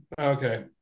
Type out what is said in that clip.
okay